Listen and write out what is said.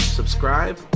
subscribe